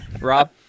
Rob